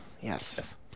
Yes